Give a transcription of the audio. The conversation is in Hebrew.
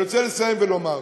אני רוצה לסיים ולומר: